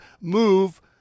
move